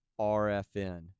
RFN